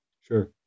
Sure